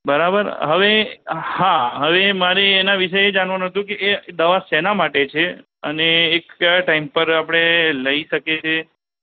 બરાબર હવે હા હવે મારે એનાં વિશે એ જાણવાનું હતું કે એ દવા શેનાં માટે છે ને અને એ કયા ટાઇમ પર આપણે લઇ શકીએ છીએ